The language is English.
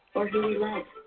or who we love.